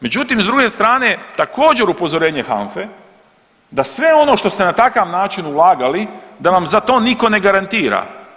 Međutim, s druge strane također upozorenje HANFA-e da sve ono što ste na takav način ulagali da vam za to niko ne garantira.